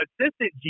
Assistant